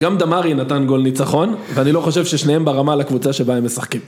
גם דמארי נתן גול ניצחון, ואני לא חושב ששניהם ברמה לקבוצה שבה הם משחקים.